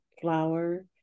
flour